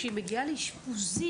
כשהיא מגיעה לאשפוזית,